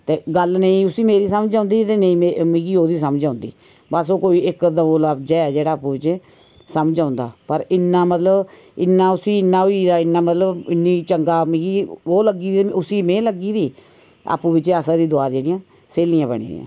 ते गल्ल नेईं उसी मेरी समझ औंदी ते नेईं निगी ओह्दी समझ ओंदी बस ओह् कोई इक दौ लफ्ज़ ऐ जेह्ड़ा आपूं बिच्चें समझ औंदा पर इन्ना मतलब उसी इन्ना होई गेदा मतलब इन्नी चंगा मिगी ओह् लग्गी गेदी उसी में लग्गी दी आंपू बिच्चें अस हरिद्वार जेह्ड़ियां स्हेलियां बनी गेदियां